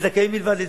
לזכאים בלבד,